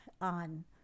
on